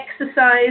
exercise